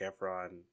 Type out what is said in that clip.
efron